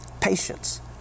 patience